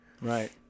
Right